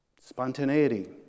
spontaneity